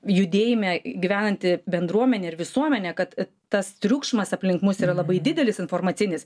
judėjime gyvenanti bendruomenė ir visuomenė kad tas triukšmas aplink mus yra labai didelis informacinis